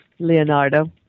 Leonardo